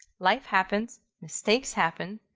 life happens, mistakes happen.